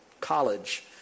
college